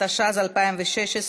התשע"ז 2016,